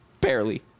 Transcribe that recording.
barely